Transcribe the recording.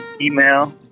email